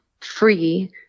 free